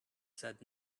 said